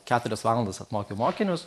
keturias valandas apmokiau mokinius